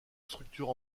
structure